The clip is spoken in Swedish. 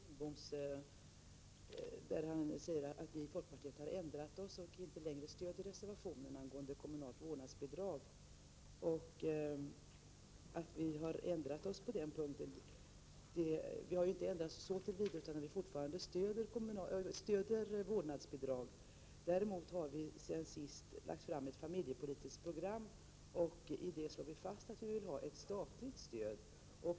Fru talman! Jag vill replikera Bengt Kindboms påstående att vi i folkpartiet har ändrat oss och inte längre stöder reservationen angående kommunalt vårdnadsbidrag. Vi har inte ändrat oss så till vida att vi fortfarande stöder vårdnadsbidrag. Däremot har vi sedan sist lagt fram ett familjepolitiskt program, och i det slår vi fast att vi vill ha ett statligt stöd.